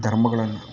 ಧರ್ಮಗಳನ್ನು